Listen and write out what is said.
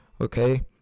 okay